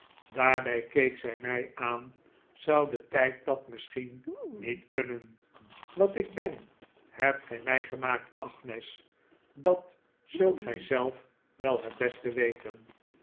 keek zij mij aan zou de tijd dat misschien niet kunnen wat ik ben hebt gij mij gemaakt agnes dat zult gij zelf wel het beste weten